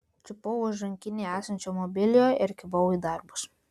čiupau už rankinėje esančio mobiliojo ir kibau į darbus